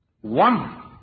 One